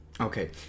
Okay